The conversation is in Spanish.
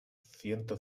ciento